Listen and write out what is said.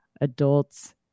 adults